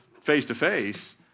face-to-face